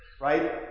right